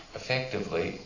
effectively